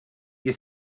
you